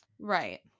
Right